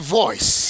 voice